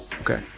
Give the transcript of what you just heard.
Okay